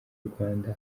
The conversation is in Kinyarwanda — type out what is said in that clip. rwanda